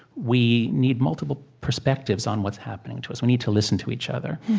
we need multiple perspectives on what's happening to us. we need to listen to each other.